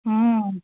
हम्म